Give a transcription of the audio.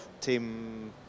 Team